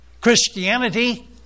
Christianity